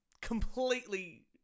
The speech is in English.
completely